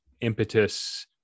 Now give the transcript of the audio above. impetus